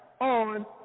on